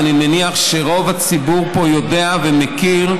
ואני מניח שרוב הציבור פה יודע ומכיר,